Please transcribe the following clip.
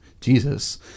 Jesus